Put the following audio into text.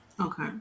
Okay